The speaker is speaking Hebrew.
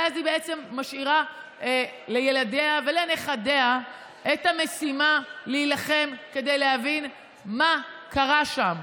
ואז היא משאירה לילדיה ולנכדיה את המשימה להילחם כדי להבין מה קרה שם,